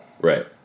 Right